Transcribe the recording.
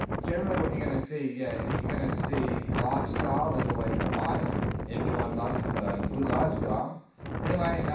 generally what you're gonna see yeah is you're gonna see lifestyle is always the highest everyone loves the good lifestyle anyway,